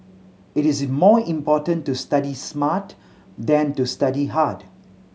it is more important to study smart than to study hard